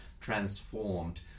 transformed